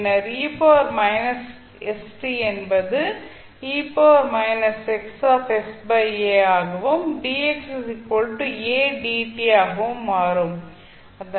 பின்னர் என்பது ஆகவும் dx a dt ஆகவும் மாறும்